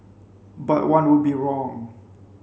but one would be wrong